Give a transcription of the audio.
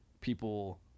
people